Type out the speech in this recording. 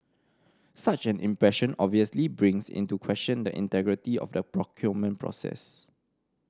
such an impression obviously brings into question the integrity of the procurement process